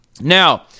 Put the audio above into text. Now